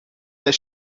that